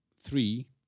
three